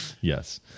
Yes